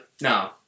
no